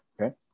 Okay